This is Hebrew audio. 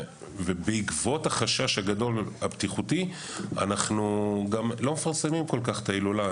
ובעקבות כך אנחנו לא כל כך מפרסמים את ההילולה.